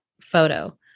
photo